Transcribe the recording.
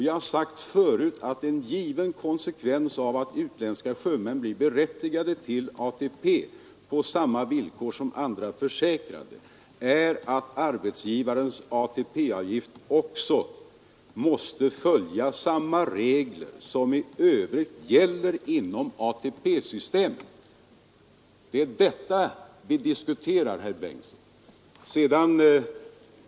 Jag har sagt förut att en given konsekvens av att utländska sjömän blir berättigade till ATP på samma villkor som andra försäkrade är att arbetsgivarens ATP-avgift måste följa samma regler som i övrigt gäller inom ATP-systemet. Det är detta vi diskuterar, herr Bengtson.